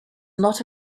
not